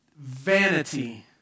Vanity